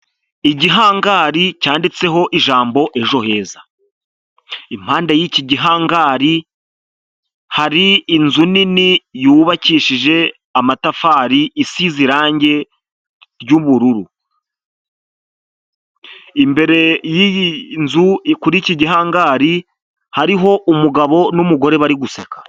Igihangari cyanditseho ijambo Ejo heza, impande y'iki gihangari hari inzu nini yubakishije amatafari isize irangi ry'ubururu, imbere y'iyi nzu kuri iki gihangari hariho umugabo numugore bari guseka.